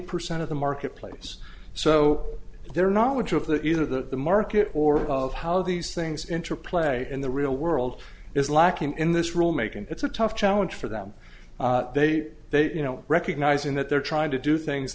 percent of the marketplace so they're not much of the either the market or of how these things interplay in the real world is lacking in this rulemaking it's a tough challenge for them they they you know recognizing that they're trying to do things